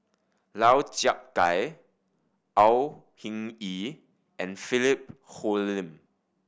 Lau Chiap Khai Au Hing Yee and Philip Hoalim